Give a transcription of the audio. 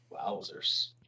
Wowzers